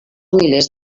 milers